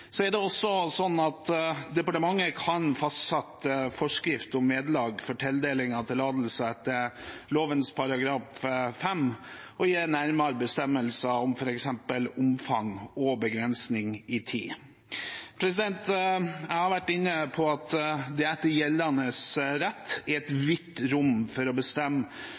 Det er også slik at departementet kan fastsette forskrift om vederlag for tildeling av tillatelse etter lovens § 5 og gi nærmere bestemmelser om f.eks. omfang og begrensning i tid. Jeg har vært inne på at det etter gjeldende rett er et vidt rom for å bestemme